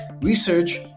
research